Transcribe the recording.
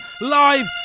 live